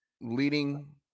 leading –